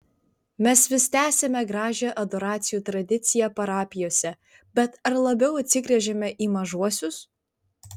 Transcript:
mes vis tęsiame gražią adoracijų tradiciją parapijose bet ar labiau atsigręžiame į mažuosius